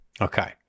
Okay